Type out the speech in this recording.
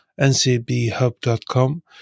ncbhub.com